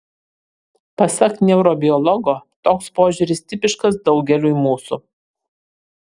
pasak neurobiologo toks požiūris tipiškas daugeliui mūsų